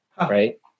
Right